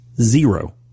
zero